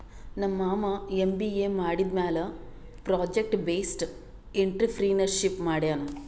ನಮ್ ಮಾಮಾ ಎಮ್.ಬಿ.ಎ ಮಾಡಿದಮ್ಯಾಲ ಪ್ರೊಜೆಕ್ಟ್ ಬೇಸ್ಡ್ ಎಂಟ್ರರ್ಪ್ರಿನರ್ಶಿಪ್ ಮಾಡ್ಯಾನ್